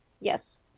Yes